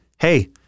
hey